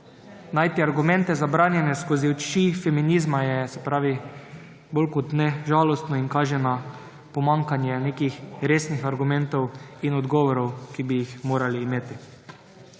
najti argumente za branjenje skozi oči feminizma je bolj kot ne žalostno in kaže na pomanjkanje nekih resnih argumentov in odgovorov, ki bi jih morali imeti.